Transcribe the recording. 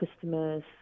customers